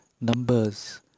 numbers